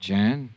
Jan